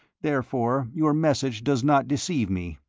therefore your message does not deceive me.